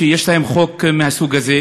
שיש להן חוק מהסוג הזה.